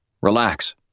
relax